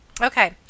okay